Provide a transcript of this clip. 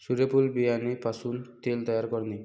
सूर्यफूल बियाणे पासून तेल तयार करणे